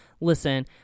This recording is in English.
listen